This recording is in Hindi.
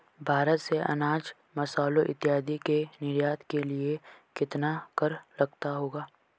भारत से अनाज, मसालों इत्यादि के निर्यात के लिए कितना कर लगता होगा?